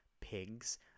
pigs